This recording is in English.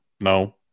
no